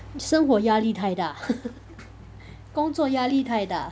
生活压力太大 工作压力太大